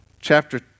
chapter